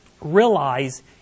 realize